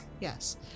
Yes